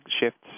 shifts